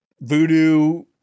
voodoo